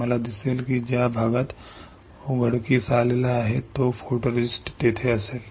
मला दिसेल की ज्या भागात उघडकीस आलेला नाही तो फोटोरेस्ट तेथे असेल